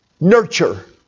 nurture